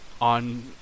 on